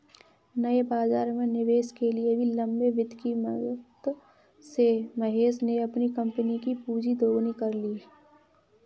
नए बाज़ार में निवेश के लिए भी लंबे वित्त की मदद से महेश ने अपनी कम्पनी कि पूँजी दोगुनी कर ली